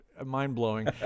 Mind-blowing